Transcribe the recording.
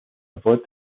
avoid